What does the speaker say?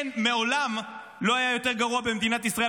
מעולם לא היה יותר גרוע במדינת ישראל.